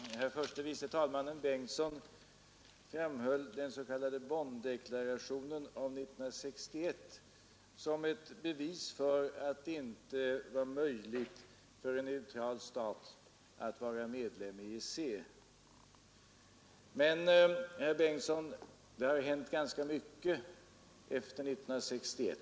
Herr talman! Herr förste vice talmannen Bengtson framhöll den s.k. Bonndeklarationen av 1961 som ett bevis för att det för en neutral stat inte var möjligt att vara medlem i EEC. Men, herr Bengtson, det har hänt ganska mycket efter 1961.